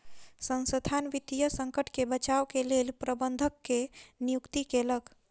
संसथान वित्तीय संकट से बचाव के लेल प्रबंधक के नियुक्ति केलक